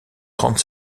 trente